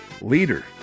leader